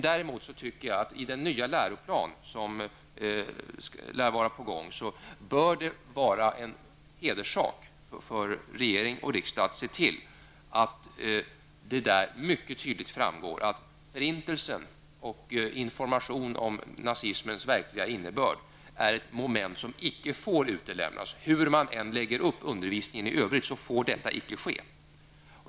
Däremot tycker jag att det bör vara en hederssak för regering och riksdag att se till att det i den nya läroplan som lär vara på gång mycket tydligt framgår att förintelsen och information om nazismens verkliga innebörd är moment som icke får utelämnas. Hur man än lägger upp undervisningen i övrigt får detta icke ske.